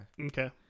Okay